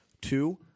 Two